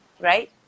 right